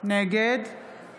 נגד